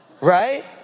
right